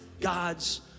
God's